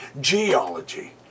Geology